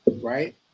right